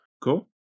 Cool